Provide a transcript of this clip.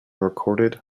recorded